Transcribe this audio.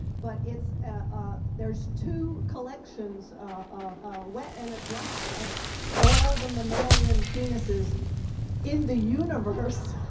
but it's, ah there's two collections, a wet and a dry, of all the mammalian penises in the universe.